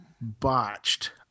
botched